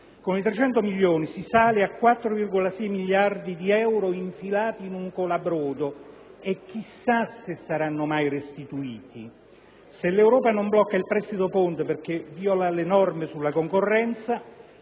con i 300 milioni si sale a 4,6 miliardi di euro infilati in un colabrodo e chissà se saranno mai restituiti. Se l'Europa non blocca il prestito ponte perché viola le norme sulla concorrenza,